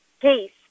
case